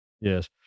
Yes